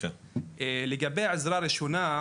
לגבי עזרה ראשונה,